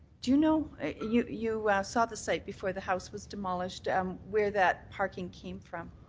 you know you you saw the site before the house was demolished um where that parking came from.